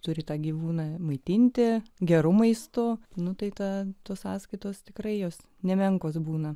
turi tą gyvūną maitinti geru maistu nutarta tos sąskaitos tikrai jos nemenkos būna